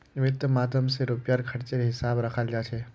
वित्त माध्यम स रुपयार खर्चेर हिसाब रखाल जा छेक